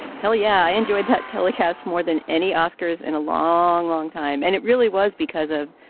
hell yeah. i enjoyed that telecast more than any oscars in a long, long time. and it really was because of,